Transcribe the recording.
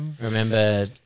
remember